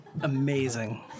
Amazing